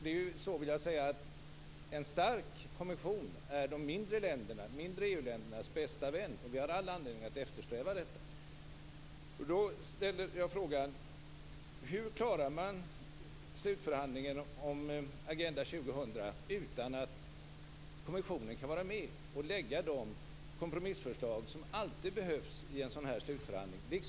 Jag vill hävda att en stark kommission är de mindre EU-ländernas bästa vän. Vi har all anledning att eftersträva detta. Då ställer jag frågan: Hur klarar man slutförhandlingen om Agenda 2000 utan att kommissionen kan vara med och lägga fram de kompromissförslag som alltid behövs i en sådan här slutförhandling?